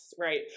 right